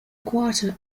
quarter